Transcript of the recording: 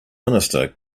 minister